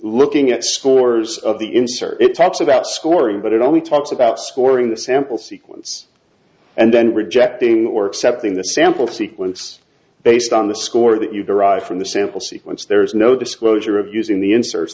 looking at scores of the insert it talks about scoring but it only talks about scoring the sample sequence and then rejecting or accepting the sample sequence based on the score that you derive from the sample sequence there is no disclosure of using the inserts